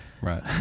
right